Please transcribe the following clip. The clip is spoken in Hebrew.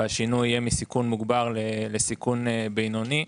ושהשינוי יהיה מסיכון מוגבר לסיכון בינוני.